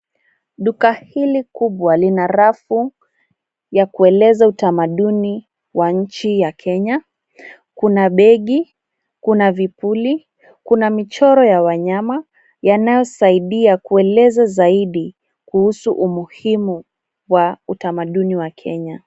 Duka hili kubwa lina rafu ya kueleza utamaduni wa nchi ya Kenya. Kuna begi, kuna vipuli, kuna michoro ya wanyama yanayosaidia kueleza zaidi kuhusu umuhimu wa utamaduni wa Kenya.